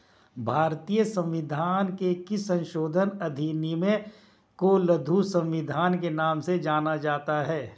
भारतीय संविधान के किस संशोधन अधिनियम को लघु संविधान के नाम से जाना जाता है?